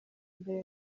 imbere